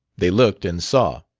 they looked and saw.